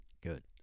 good